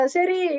Seri